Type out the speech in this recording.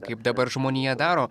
kaip dabar žmonija daro